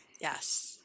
Yes